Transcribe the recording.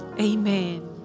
Amen